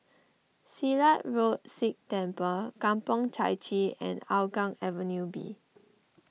Silat Road Sikh Temple Kampong Chai Chee and Hougang Avenue B